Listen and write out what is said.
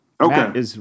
Okay